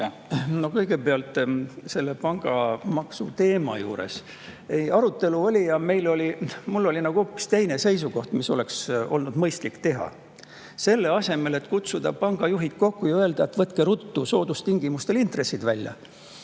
Kõigepealt, sellel pangamaksu teemal arutelu oli ja mul oli hoopis teine seisukoht, et mida oleks olnud mõistlik teha. Selle asemel et kutsuda pangajuhid kokku ja öelda, et võtke ruttu soodustingimustel intressid välja,